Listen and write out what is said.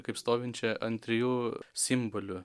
kaip stovinčią ant trijų simbolių